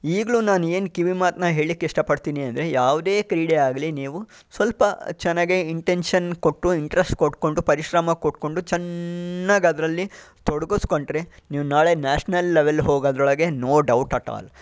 ಈಗಲೂ ನಾನು ಏನು ಕಿವಿ ಮಾತನ್ನ ಹೇಳ್ಳಿಕ್ಕೆ ಇಷ್ಟಪಡ್ತೀನಿ ಅಂದರೆ ಯಾವುದೇ ಕ್ರೀಡೆ ಆಗಲಿ ನೀವು ಸ್ವಲ್ಪ ಚೆನ್ನಾಗಿ ಇಂಟೆನ್ಷನ್ ಕೊಟ್ಟು ಇಂಟ್ರೆಸ್ಟ್ ಕೊಟ್ಕೊಂಡು ಪರಿಶ್ರಮ ಕೊಟ್ಕೊಂಡು ಚೆನ್ನಾಗಿ ಅದರಲ್ಲಿ ತೊಡಗಿಸಿಕೊಂಡ್ರೆ ನೀವು ನಾಳೆ ನ್ಯಾಷ್ನಲ್ ಲೆವೆಲ್ ಹೋಗೋದ್ರೊಳಗೆ ನೋ ಡೌಟ್ ಎಟ್ ಆಲ್